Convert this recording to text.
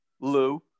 Lou